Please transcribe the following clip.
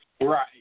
Right